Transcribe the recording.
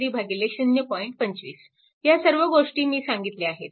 25 ह्या सर्व गोष्टी मी सांगितल्या आहेत